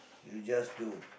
you just do